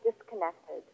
disconnected